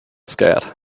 scared